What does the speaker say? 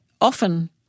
often